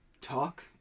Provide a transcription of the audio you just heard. talk